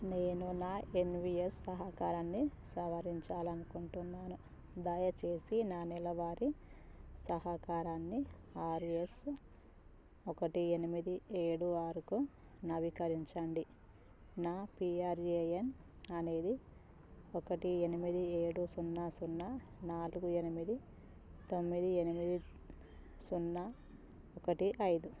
నేను నా N V S సహకారాన్ని సవరించాలి అనుకుంటున్నాను దయచేసి నా నెలవారీ సహకారాన్ని ఆర్ ఎస్ ఒకటి ఎనిమిది ఏడు ఆరుకు నవీకరించండి నా పీ ఆర్ ఏ ఎన్ అనేది ఒకటి ఎనిమిది ఏడు సున్నా సున్నా నాలుగు ఎనిమిది తొమ్మిది ఎనిమిది సున్నా ఒకటి ఐదు